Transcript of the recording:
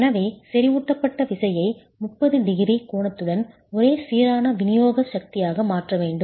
எனவே செறிவூட்டப்பட்ட விசையை 30 டிகிரி கோணத்துடன் ஒரே சீரான விநியோக சக்தியாக மாற்ற வேண்டும்